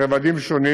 ברבדים שונים